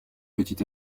petit